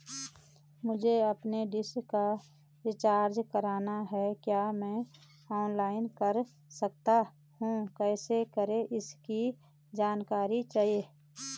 मुझे अपनी डिश का रिचार्ज करना है क्या मैं ऑनलाइन कर सकता हूँ कैसे करें इसकी जानकारी चाहिए?